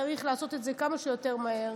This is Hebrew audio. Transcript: צריך לעשות את זה כמה שיותר מהר.